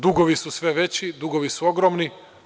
Dugovi su sve veći, dugovi su ogromni.